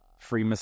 Free